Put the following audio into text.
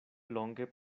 longe